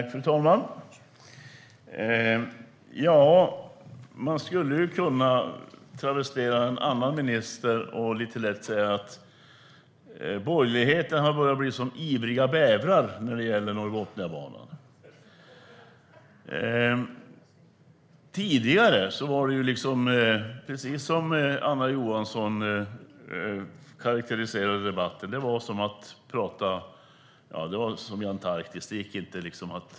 Fru talman! Man skulle kunna travestera en annan minister och lite lättsamt säga att de borgerliga har börjat bli som ivriga bävrar när det gäller Norrbotniabanan.Tidigare var det, som Anna Johansson karakteriserade debatten, som i Antarktis. Det gick liksom inte.